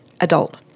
adult